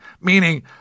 Meaning